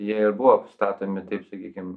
jie ir buvo statomi taip sakykim